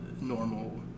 normal